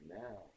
now